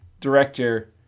director